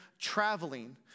traveling